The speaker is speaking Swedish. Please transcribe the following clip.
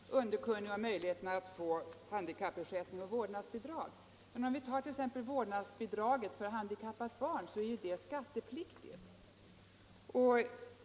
Fru talman! Jag är helt underkunnig om möjligheterna att få handikappersättning och vårdnadsbidrag. Men vårdnadsbidraget för handikappat barn är skattepliktigt.